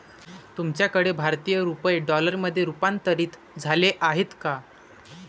तुमच्याकडे भारतीय रुपये डॉलरमध्ये रूपांतरित झाले आहेत का?